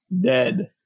dead